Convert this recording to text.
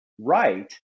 right